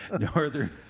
northern